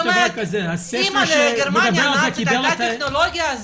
זאת אומרת אם לגרמניה הנאצית הייתה טכנולוגיה,